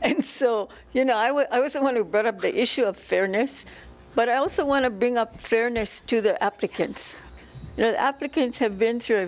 and so you know i i was the one who brought up the issue of fairness but i also want to bring up fairness to the uptick and applicants have been through a